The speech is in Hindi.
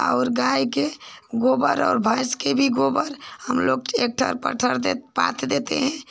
और गाय का भी गोबर और भैंस का भी गोबर हमलोग एक ठर पठर पर देकर पाथ देते हैं